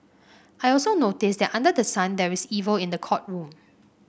I also noticed that under the sun there is evil in the courtroom